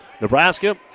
Nebraska